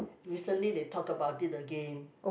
recently they talk about it again